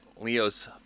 Leo's